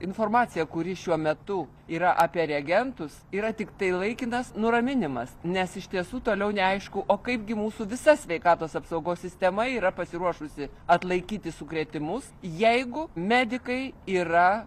informacija kuri šiuo metu yra apie reagentus yra tiktai laikinas nuraminimas nes iš tiesų toliau neaišku o kaipgi mūsų visa sveikatos apsaugos sistema yra pasiruošusi atlaikyti sukrėtimus jeigu medikai yra